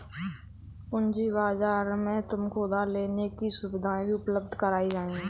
पूँजी बाजार में तुमको उधार लेने की सुविधाएं भी उपलब्ध कराई जाएंगी